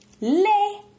Le